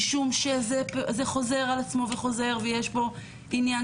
משום שזה חוזר על עצמו וחוזר ויש פה עניין